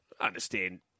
understand